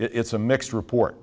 it's a mixed report